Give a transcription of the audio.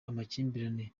amakimbirane